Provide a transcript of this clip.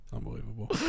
Unbelievable